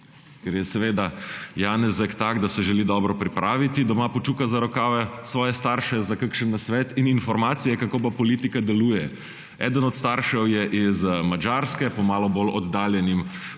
Ker je seveda Janezek tak, da se želi dobro pripraviti doma pocuka za rokave svoje starše za kakšen nasvet in informacije kako pa politika deluje. Eden od staršev je iz Madžarske po malo bolj oddaljenim